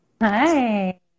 hi